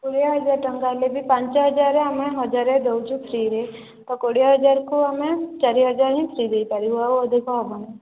କୋଡ଼ିଏ ହଜାର ଟଙ୍କାର ଆଣିଲେ ବି ପାଞ୍ଚ ହଜାରରେ ଆମେ ହଜାରେ ଦେଉଛୁ ଫ୍ରିରେ କୋଡ଼ିଏ ହଜାରକୁ ଆମେ ଚାରି ହଜାର ହିଁ ଫ୍ରି ଦେଇ ପାରିବୁ ଆଉ ଅଧିକ ହେବନି